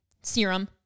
serum